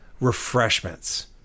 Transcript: Refreshments